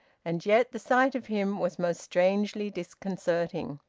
and yet the sight of him was most strangely disconcerting.